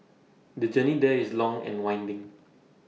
the journey there is long and winding